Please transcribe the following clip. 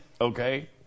okay